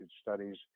studies